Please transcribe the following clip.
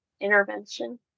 intervention